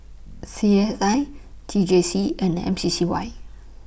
C S I T J C and M C C Y